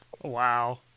Wow